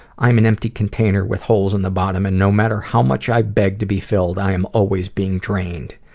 i'm an empty container with holes in the bottom and no matter how much i beg to be filled, i am always being drained.